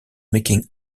making